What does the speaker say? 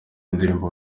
indirimbo